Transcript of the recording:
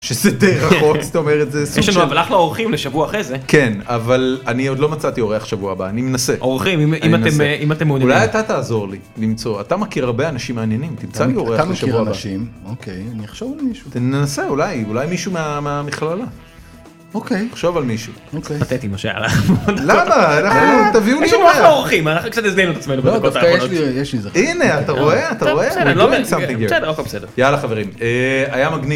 יש לנו אחלה אורחים לשבוע אחרי זה. כן, אבל אני עוד לא מצאתי אורח לשבוע הבא אני מנסה אולי אתה תעזור לי. אתה מכיר הרבה אנשים מעניינים. אולי אולי מישהו מהמכללה. אוקיי חשוב על מישהו. פתטי מה שהלך פה. למה, אנחנו יש לנו אחלה אורחים. לא דווקא יש לי משיהו. יאללה חברים היה מגניב.